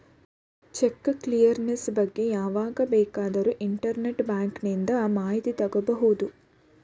check clearance ಬಗ್ಗೆ ಯಾವಾಗ ಬೇಕಾದರೂ ಇಂಟರ್ನೆಟ್ ಬ್ಯಾಂಕಿಂದ ಮಾಹಿತಿ ತಗೋಬಹುದು